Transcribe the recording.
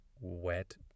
wet